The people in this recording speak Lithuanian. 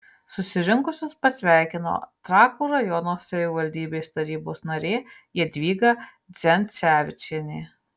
susirinkusius pasveikino trakų rajono savivaldybės tarybos narė jadvyga dzencevičienė